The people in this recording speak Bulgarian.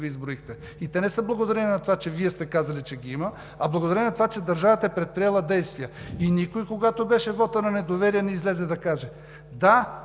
изброихте? Те не са благодарение на това, че Вие сте казали, че ги има, а благодарение на това, че държавата е предприела действия. Никой, когато беше вотът на недоверие, не излезе да каже: „Да,